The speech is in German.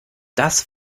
das